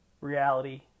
reality